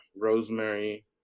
rosemary